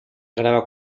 graba